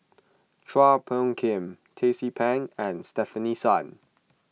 Chua Phung Kim Tracie Pang and Stefanie Sun